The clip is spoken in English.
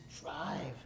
drive